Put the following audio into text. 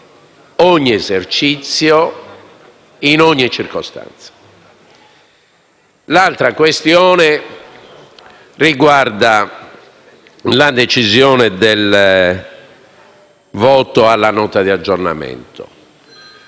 (ogni esercizio, in ogni circostanza). L'altra questione riguarda la decisione del voto sulla Nota di aggiornamento.